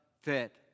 fit